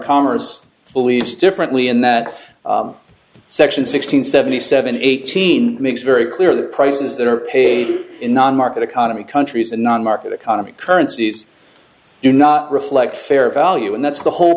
commerce believes differently in that section six hundred seventy seven eighteen makes very clear the prices that are paid in non market economy countries and non market economy currencies do not reflect fair value and that's the whole